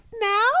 now